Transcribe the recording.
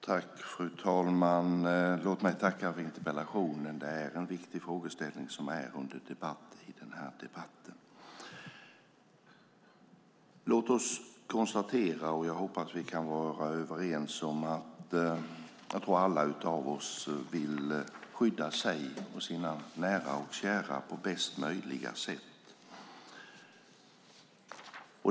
Fru talman! Jag tackar för interpellationen. Det är en viktig frågeställning som vi har debatterat. Jag hoppas att vi kan vara överens om att vi alla vill skydda oss och våra nära och kära på bästa möjliga sätt.